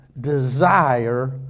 desire